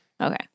Okay